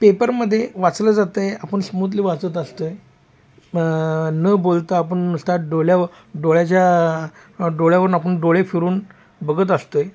पेपरमध्ये वाचलं जात आहे आपण स्मूथली वाचत असतोय न बोलतं आपण त्यात डोल्या डोळ्याच्या डोळ्यावरून आपण डोळे फिरून बघत असतोय